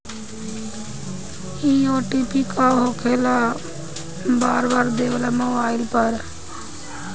इ ओ.टी.पी का होकेला बार बार देवेला मोबाइल पर?